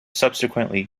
subsequently